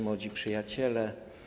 Młodzi Przyjaciele!